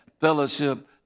fellowship